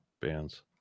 bands